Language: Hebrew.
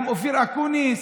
גם אופיר אקוניס,